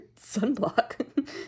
sunblock